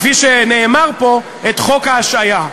כפי שנאמר פה, את חוק ההשעיה.